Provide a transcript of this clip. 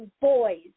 boys